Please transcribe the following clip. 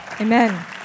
Amen